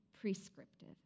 prescriptive